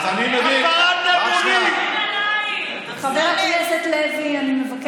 אז אני מבין, הוא עוסק